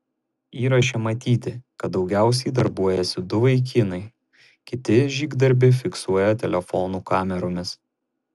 įraše matyti kad daugiausiai darbuojasi du vaikinai kiti žygdarbį fiksuoja telefonų kameromis